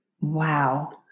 Wow